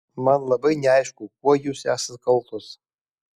man labai neaišku kuo jūs esat kaltos